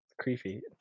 Creepy